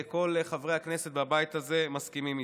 כל חברי הכנסת בבית הזה מסכימים איתה.